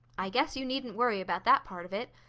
i guess you needn't worry about that part of it.